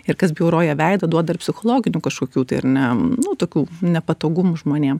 ir kas bjauroja veidą duoda ir psichologinių kažkokių tai ir ane nu tokių nepatogumų žmonėm